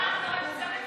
סעיפים 1 3 נתקבלו.